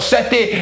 City